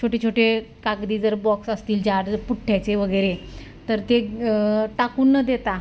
छोटे छोटे कागदी जर बॉक्स असतील जाड पुठ्ठ्याचे वगैरे तर ते टाकून न देता